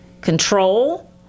Control